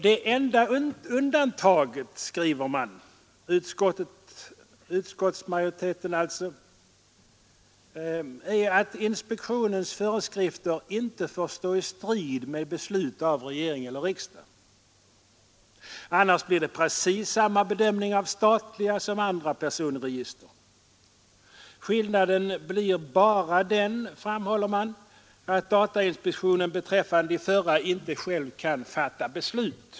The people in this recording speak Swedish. ”Det enda undantaget”, skriver utskottsmajoriteten, ”är att inspektionens föreskrifter inte får stå i strid med beslut av regering eller riksdag.” Annars blir det precis samma bedömning av statliga som av andra personregister. Skillnaden blir ”bara den”, framhåller utskottet, ”att datainspektionen beträffande de förra inte själv kan fatta beslut”.